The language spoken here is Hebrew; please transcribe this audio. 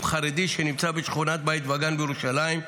חרדי שנמצא בשכונת בית וגן בירושלים.